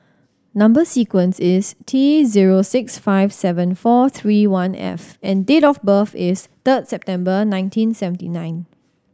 number sequence is T zero six five seven four three one F and date of birth is third September nineteen seventy nine